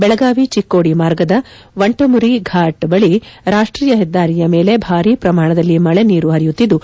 ಬೆಳಗಾವಿ ಚಿಕ್ಕೋಡಿ ಮಾರ್ಗದ ವಂಟಮುರಿ ಫಾಟ್ ಬಳಿ ರಾಷ್ಟೀಯ ಹೆದ್ದಾರಿಯ ಮೇಲೆ ಭಾರೀ ಪ್ರಮಾಣದಲ್ಲಿ ಮಳೆ ನೀರು ಹರಿಯುತ್ತಿದ್ದು